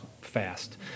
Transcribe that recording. fast